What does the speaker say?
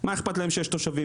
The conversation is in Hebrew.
מה אכפת להם שיש תושבים?